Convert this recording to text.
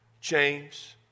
James